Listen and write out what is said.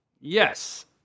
Yes